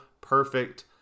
perfect